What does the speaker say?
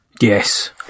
Yes